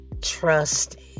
trust